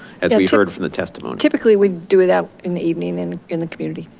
as we heard from the testimony, typically we do that in the evening and in the community.